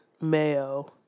mayo